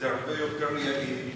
זה הרבה יותר יעיל,